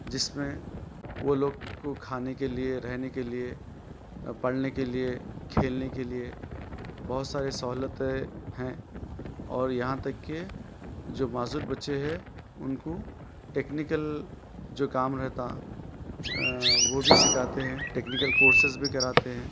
جس میں وہ لوگ کو کھانے کے لیے رہنے کے لئے پڑھنے کے لیے کھیلنے کے لیے بہت سارے سہولتیں ہیں اور یہاں تک کہ جو معذور بچے ہیں ان کو ٹیکنکل جو کام رہتا وہ بھی سکھاتے ہیں ٹیکنیکل کورسز بھی کراتے ہیں